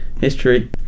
history